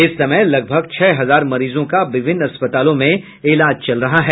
इस समय लगभग छह हजार मरीजों का विभिन्न अस्पतालों में इलाज चल रहा है